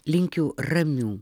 linkiu ramių